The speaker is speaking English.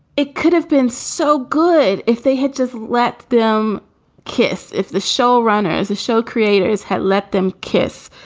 it could have been so good if they had just let them kiss. if the showrunner is a show, creators had let them kiss,